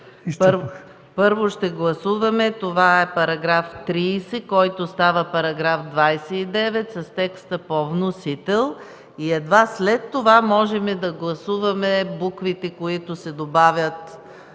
Първо ще гласуваме § 30, който става § 29, с текста по вносител и едва след това можем да гласуваме буквите, които се добавят